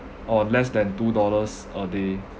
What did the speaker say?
uh less than two dollars a day